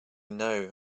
know